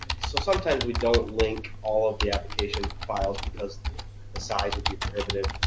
so sometimes we don't link all of the application files because the size would be prohibitive